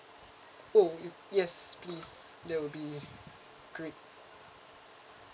oh yes please that will be great